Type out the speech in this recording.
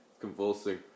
Convulsing